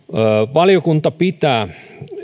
valiokunta pitää